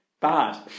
Bad